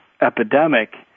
epidemic